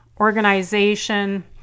organization